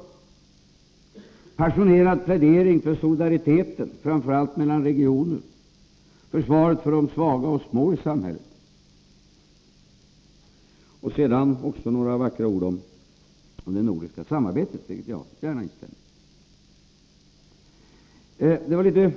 Det var en passionerad plädering för solidariteten, framför allt mellan regionerna, ett försvar för de svaga och små i samhället och sedan också några vackra ord om det nordiska samarbetet — som jag gärna instämmer i.